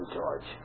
George